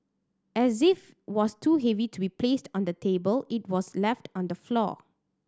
as if was too heavy to be placed on the table it was left on the floor